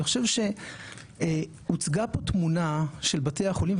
אני חושב שהוצגה פה תמונה של בתי החולים,